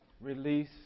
Release